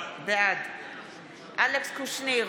בעד אלכס קושניר,